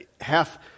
half